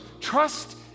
trust